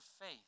faith